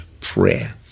prayer